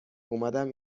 اومدم